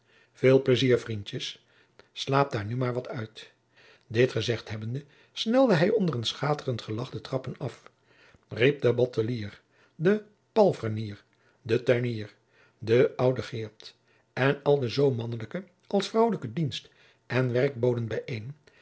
veel pleizier vriendjens slaapt daar nu jacob van lennep de pleegzoon maar wat uit dit gezegd hebbende snelde hij onder een schaterend gelagch de trappen af riep den bottelier den palfrenier den tuinier de oude geert en al de zoo mannelijke als vrouwelijke dienst en werkboden bijeen